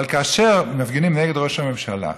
אבל כאשר מפגינים נגד ראש הממשלה,